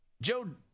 Joe